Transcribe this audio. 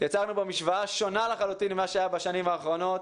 יצרנו פה משוואה שונה לחלוטין ממה שהייתה בשנים האחרונות,